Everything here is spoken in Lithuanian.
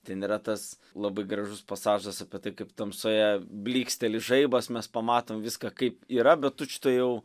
ten yra tas labai gražus pasažas apie tai kaip tamsoje blyksteli žaibas mes pamatom viską kaip yra bet tučtuojau